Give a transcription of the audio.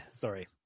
Sorry